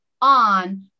on